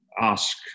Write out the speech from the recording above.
ask